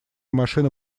машину